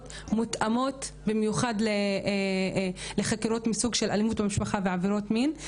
המותאמות במיוחד לחקירות מסוג של אלימות במשפחה ועבירות מין.